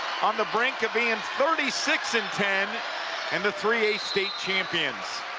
on the brink of being thirty six and ten and the three a state champions.